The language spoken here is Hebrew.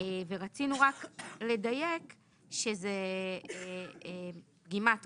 ורצינו רק לדייק שזה פגימת ראש,